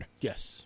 Yes